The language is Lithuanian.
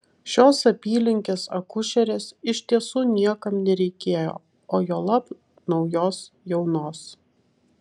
šios apylinkės akušerės iš tiesų niekam nereikėjo o juolab naujos jaunos